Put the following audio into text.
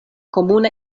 komuna